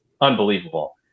unbelievable